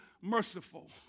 merciful